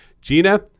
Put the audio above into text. Gina